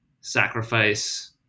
sacrifice